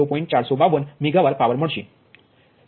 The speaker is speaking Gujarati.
452 મેગાવર પાવર હશે